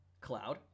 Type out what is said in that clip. Cloud